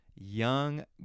young